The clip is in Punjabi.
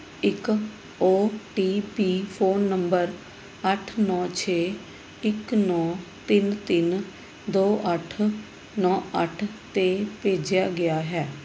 ਇੱਕ O T P phone number ਅੱਠ ਨੌ ਛੇ ਇੱਕ ਨੌਂ ਤਿੰਨ ਤਿੰਨ ਦੋ ਅੱਠ ਨੌਂ ਅੱਠ 'ਤੇ ਭੇਜਿਆ ਗਿਆ ਹੈ